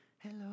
hello